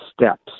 steps